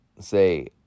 say